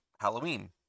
Halloween